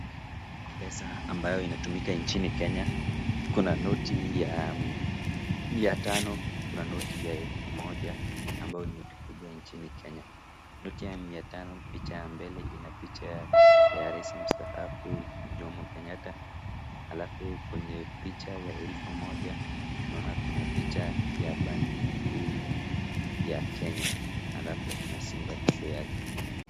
Pesa ambayo inatumika nchini Kenya, kuna noti ya mia tano, kuna noti ya elfu moja ambayo ni noti kubwa nchini Kenya. Noti ya mbele noti ya mia tano ina picha ya rais mstaafu Jomo Kenyataa ,alafu kwenye picha ya elfu moja tunaona kuna picha ya banki kuu ya Kenya alafu kuna simba kando yake.